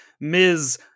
Ms